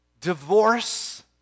divorce